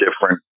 different